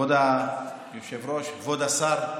כבוד היושב-ראש, כבוד השר,